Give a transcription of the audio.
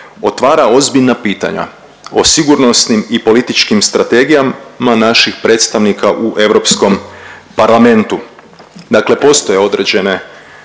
otvara ozbiljna pitanja o sigurnosnim i političkim strategijama naših predstavnika u Europskom parlamentu. Dakle, postoje određene